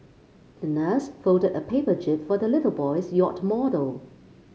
the nurse folded a paper jib for the little boy's yacht model